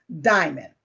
diamond